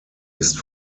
ist